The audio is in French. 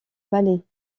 palais